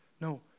No